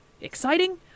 exciting